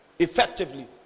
effectively